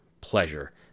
pleasure